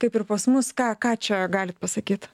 kaip ir pas mus ką ką čia galit pasakyt